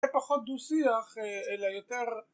זה פחות דו שיח אלא יותר